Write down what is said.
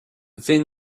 thin